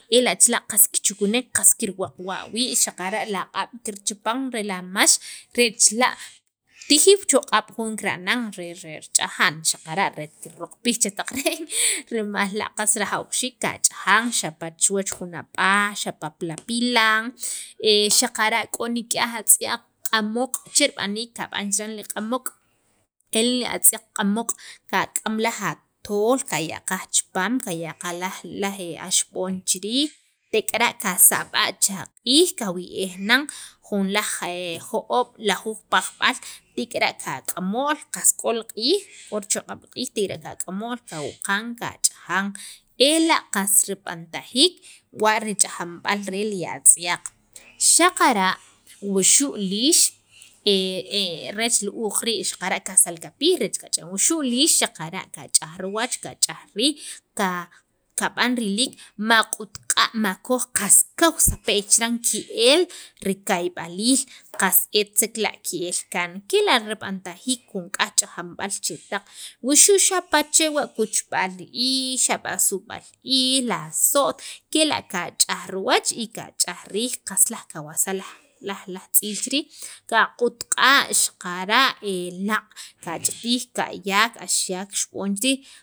ela' qas chila' qas kichukunek qas kirwaqwa' wii' xaqara' la q'ab' kirchapan re lamax tijiw choq'ab' jun kirb'anan rich'aja'n re kirroqpij chetaq reen rimal la' rajawxiik qach'ajan xapa' chuwach jun ab'aj xapa' pi la pilan xaqara' k'o nik'aj atz'yaq q'amoq'. che rib'aniik qab'an chiran q'amok' el atz'yaq q'amoq' kak'am laj atol qaya' qaj chipaam qaya' qaj axib'on chiriij tek'ara' qasab'a' cha q'iij qawiyb'ej nanjun jo'oob' lujuuj pajb'al tik'ara' qak'amo'l qas k'o li q'iij k'o richoq'ab' li q'iij tik'ere' qawuqun qach'ajan ela' qas rib'antajiik wa rich'ajanb'al re li atz'yaq xaqara' wuxu' lix rech li uuq rii' xaqara' kasalkapij reech kach'aj wuxu' liix xaqara' qach'aj riwach qach'aj riij ka kab'an riliik maq'utq'a' makoj qas kaj sape'y chiran ke'el rikayb'aliil ke'el kaan kela' rib'antajiik kela' rib'antjiik jun k'aj ch'ajanb'al chetaq wuxu' xapa' chewa' kuchb'al iij, sub'al iij, la so't kela' kach'aj riwach y kach'aj riij qas kawalsaj laj laj tz'iil chi riij qaq'utq'a' xaqara' laaq' kach'itij axyak xib'on chi riij